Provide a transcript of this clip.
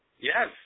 yes